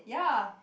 ya